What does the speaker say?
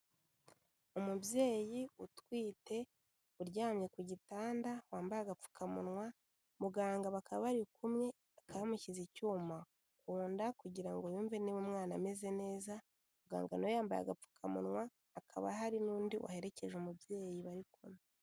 Umubyeyi utwite uryamye ku gitanda, wambaye agapfukamunwa, muganga bakaba bari kumwe, bakaba bamushyize icyuma ku nda kugira ngo yumve niba umwana ameze neza, muganga na we yambaye agapfukamunwa, hakaba hari n'undi waherekeje umubyeyi bari kumwe.